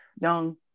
young –